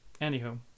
Anywho